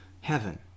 heaven